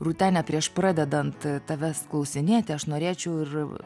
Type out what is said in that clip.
rūtene prieš pradedant tavęs klausinėti aš norėčiau ir